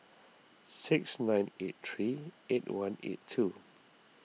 six nine eight three eight one eight two